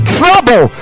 trouble